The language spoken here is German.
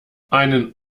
einen